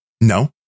No